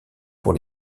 pour